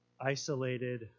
isolated